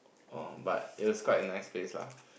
orh but it was quite a nice place lah